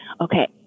Okay